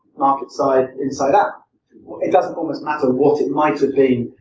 market-side, inside-out. it doesn't almost matter what it might have been.